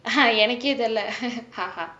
எனக்கே தெரிலே:enakkae terilae ha ha